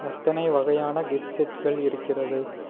எத்தனை வகையான கிஃப்ட் செட்கள் இருக்கிறது